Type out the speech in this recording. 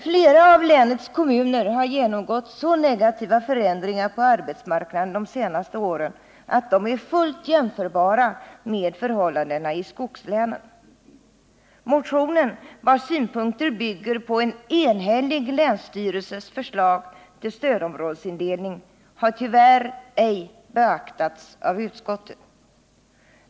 Flera av länets kommuner har genomgått så negativa förändringar på arbetsmarknaden de senaste åren att förhållandena är fullt jämförbara med de förhållanden som råder i skogslänen. Motionen, vars synpunkter bygger på en enhällig länsstyrelses förslag till stödområdesindelning, har tyvärr ej beaktats av utskottet.